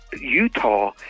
Utah